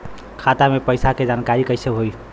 खाता मे पैसा के जानकारी कइसे होई?